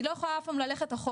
היא לא יכולה אף פעם ללכת אחורה.